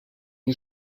die